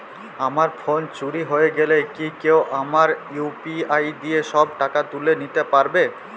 আমার ফোন চুরি হয়ে গেলে কি কেউ আমার ইউ.পি.আই দিয়ে সব টাকা তুলে নিতে পারবে?